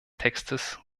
textes